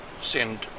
send